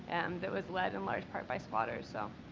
and that was led in large part by squatters, so.